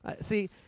See